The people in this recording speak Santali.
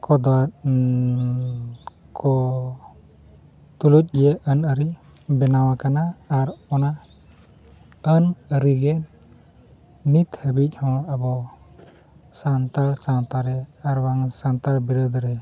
ᱠᱚᱫᱚ ᱠᱚ ᱛᱩᱞᱩᱡ ᱜᱮ ᱟᱹᱱᱼᱟᱹᱨᱤ ᱵᱮᱱᱟᱣ ᱟᱠᱟᱱᱟ ᱟᱨ ᱚᱱᱟ ᱟᱹᱱᱼᱟᱹᱨᱤ ᱜᱮ ᱱᱤᱛ ᱦᱟᱹᱵᱤᱡ ᱦᱚᱸ ᱟᱵᱚ ᱥᱟᱱᱛᱟᱲ ᱥᱟᱶᱛᱟᱨᱮ ᱟᱨᱵᱟᱝ ᱥᱟᱱᱛᱟᱲ ᱵᱤᱨᱟᱹᱫᱽ ᱨᱮ